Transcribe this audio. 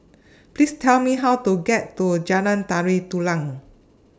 Please Tell Me How to get to Jalan Tari Dulang